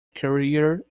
career